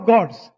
Gods